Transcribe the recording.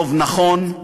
רוב נכון,